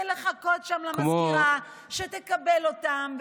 ולחכות שם למזכירה שתקבל אותם,